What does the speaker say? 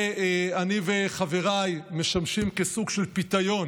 ואני וחבריי משמשים כסוג של פיתיון